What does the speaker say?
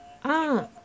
ah